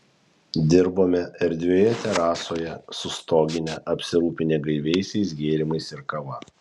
dirbome erdvioje terasoje su stogine apsirūpinę gaiviaisiais gėrimais ir kava